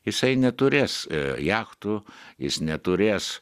jisai neturės jachtų jis neturės